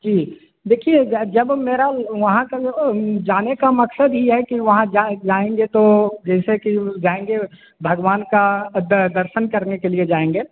जी देखिए ज जब मेरा वो वहाँ का जो जाने का मकसद ही है कि वहाँ जाए जाएँगे तो जैसे कि वो जाएँगे भगवान का द दर्शन करने के लिए जाएँगे